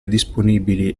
disponibili